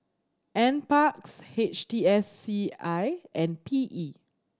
Nparks H T S C I and P E